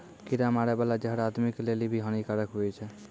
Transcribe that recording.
कीड़ा मारै बाला जहर आदमी के लेली भी हानि कारक हुवै छै